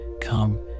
come